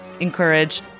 encourage